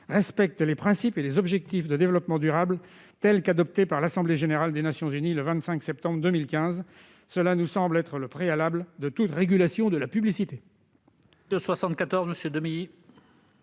respecter les principes et les objectifs de développement durable adoptés par l'assemblée générale des Nations unies le 25 septembre 2015. Cela nous semble être le préalable de toute régulation de la publicité.